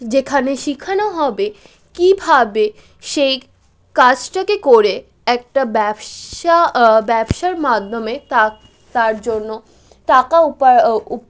যেখানে শেখানো হবে কিভাবে সেই কাজটাকে করে একটা ব্যবসা ব্যবসার মাধ্যমে তার জন্য টাকা উপার